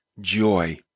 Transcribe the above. joy